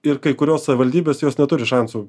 ir kai kurios savivaldybės jos neturi šansų